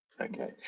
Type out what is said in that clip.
Okay